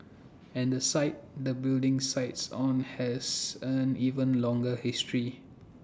and the site the building sits on has an even longer history